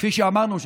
כפי שאמרנו,